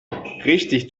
richtig